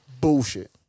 bullshit